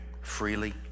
freely